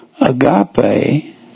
agape